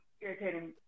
irritating